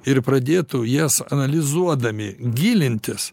ir pradėtų jas analizuodami gilintis